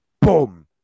boom